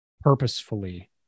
purposefully